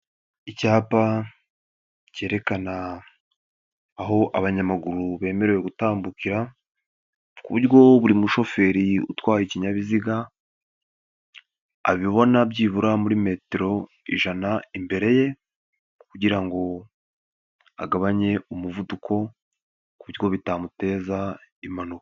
Icyapa, cyerekana, aho abanyamaguru bemerewe gutambukira, ku buryo buri mushoferi utwaye ikinyabiziga, abibona byibura muri metero ijana imbere ye, kugira ngo, agabanye umuvuduko, ku buryo bitamuteza impanuka.